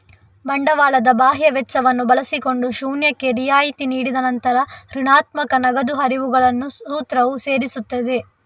ಬಂಡವಾಳದ ಬಾಹ್ಯ ವೆಚ್ಚವನ್ನು ಬಳಸಿಕೊಂಡು ಶೂನ್ಯಕ್ಕೆ ರಿಯಾಯಿತಿ ನೀಡಿದ ನಂತರ ಋಣಾತ್ಮಕ ನಗದು ಹರಿವುಗಳನ್ನು ಸೂತ್ರವು ಸೇರಿಸುತ್ತದೆ